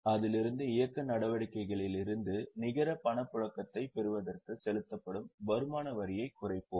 அதிலிருந்து இயக்க நடவடிக்கைகளில் இருந்து நிகர பணப்புழக்கத்தைப் பெறுவதற்கு செலுத்தப்படும் வருமான வரியைக் குறைப்போம்